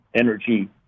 energy